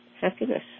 happiness